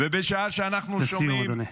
ובשעה שאנחנו שומעים -- לסיום, אדוני.